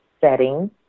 settings